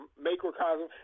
macrocosm